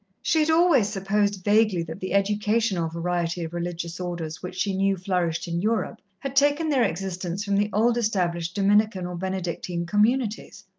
she had always supposed vaguely that the educational variety of religious orders which she knew flourished in europe had taken their existence from the old-established dominican or benedictine communities.